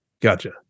Gotcha